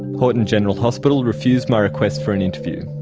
horton general hospital refused my request for an interview.